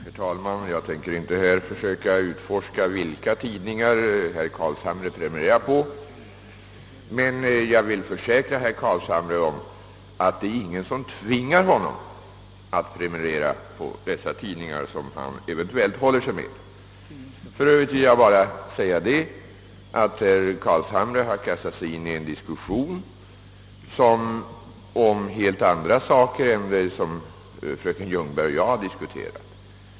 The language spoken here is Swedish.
Herr talman! Jag tänker inte försöka utforska vilka tidningar herr Carlshamre prenumererar på, men jag vill försäkra herr Carlshamre att det är ingen som tvingar honom att prenumerera på de tidningar han eventuellt håller sig med. För övrigt vill jag bara säga att herr Carlshamre har tagit upp en diskussion om något helt annat än det fröken Ljungberg och jag diskuterat.